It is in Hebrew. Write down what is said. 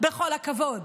בכל הכבוד.